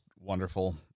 wonderful